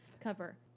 cover